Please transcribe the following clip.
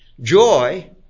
joy